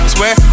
Swear